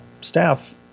staff